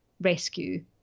rescue